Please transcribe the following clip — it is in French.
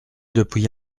depuis